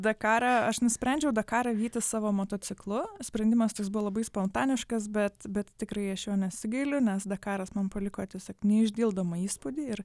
dakarą aš nusprendžiau dakarą vytis savo motociklu sprendimas toks buvo labai spontaniškas bet bet tikrai aš jo nesigailiu nes dakaras man paliko tiesiog neišdildomą įspūdį ir